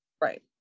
Right